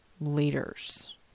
leaders